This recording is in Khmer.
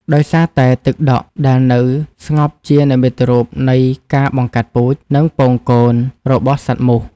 ដោយសារតែទឹកដែលនៅស្ងប់ជានិមិត្តរូបនៃការ បង្កាត់ពូជ និងពងកូន របស់សត្វមូស។